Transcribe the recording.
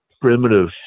primitive